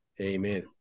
Amen